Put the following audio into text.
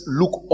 look